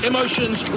Emotions